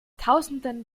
tausenden